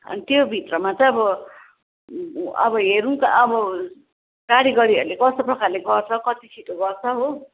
अनि त्यो भित्रमा चाहिँ अब हेरौँ त अब कारिगरीहरूले कस्तो प्रकारले गर्छ कति छिटो गर्छ हो